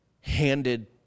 handed